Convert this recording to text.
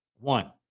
One